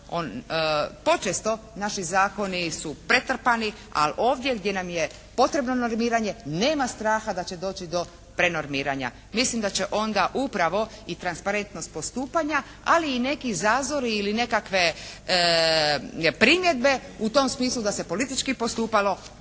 Počesto naši zakoni su pretrpani, ali ovdje gdje nam je potrebno normiranje nema straha da će doći do prenormiranja. Mislim da će onda upravo i transparentnost postupanja ali i neki zazori ili nekakve primjedbe u tom smislu da se politički postupalo